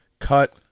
Cut